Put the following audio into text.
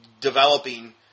developing